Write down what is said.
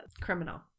criminal